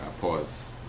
pause